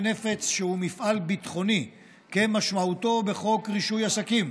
נפץ שהוא מפעל ביטחוני כמשמעותו בחוק רישוי עסקים,